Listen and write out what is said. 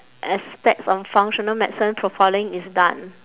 aspects on functional medicine profiling is done